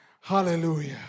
Hallelujah